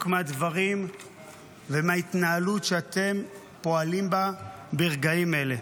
מהדברים ומההתנהלות שאתם פועלים בה ברגעים אלה.